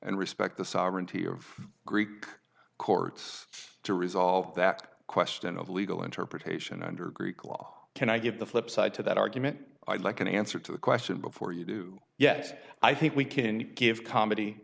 and respect the sovereignty of greek courts to resolve that question of legal interpretation under greek law can i give the flipside to that argument i'd like an answer to the question before you do yet i think we can give comedy